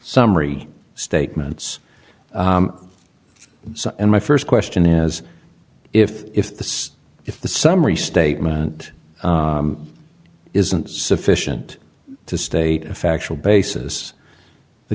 summary statements and my first question is if if the if the summary statement isn't sufficient to state a factual basis the